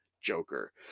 joker